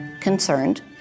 concerned